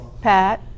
Pat